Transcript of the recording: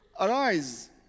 Arise